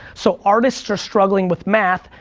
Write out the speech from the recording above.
so artists are struggling with math,